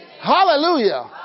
Hallelujah